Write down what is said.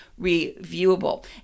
reviewable